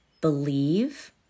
believe